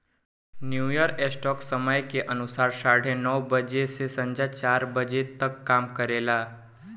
New York stock समय के अनुसार साढ़े नौ बजे से सांझ के चार बजे तक काम करेला